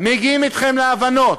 מגיעים אתכם להבנות,